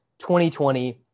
2020